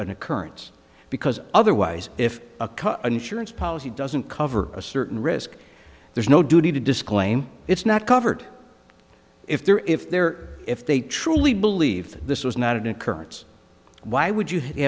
an occurrence because otherwise if a car insurance policy doesn't cover a certain risk there's no duty to disclaim it's not covered if they're if they're if they truly believe that this was not an occurrence why would you